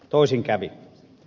toisin kävi